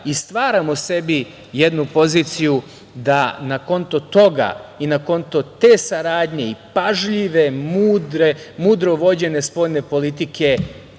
Stvaramo sebi jednu poziciju da na konto toga i na konto te saradnje i pažljive, mudro vođene spoljne politike